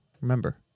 remember